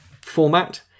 format